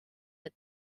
het